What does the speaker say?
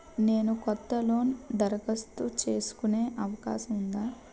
నేను కొత్త లోన్ దరఖాస్తు చేసుకునే అవకాశం ఉందా?